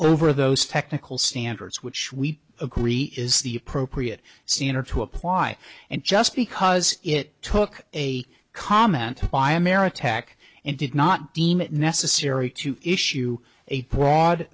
over those technical standards which we agree is the appropriate senior to apply and just because it took a comment by ameritech and did not deem it necessary to issue a